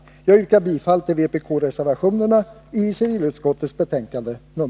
Jag yrkar bifall till vpk-reservationerna i civilutskottets betänkande nr